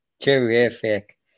Terrific